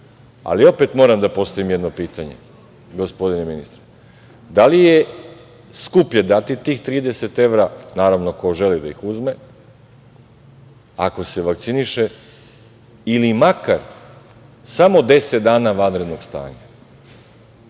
moram da postavim jedno pitanje, gospodine ministre. Da li je skuplje dati tih 30 evra, naravno, ko želi da ih uzme, ako se vakciniše ili makar samo 10 dana vanrednog stanja,